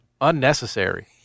unnecessary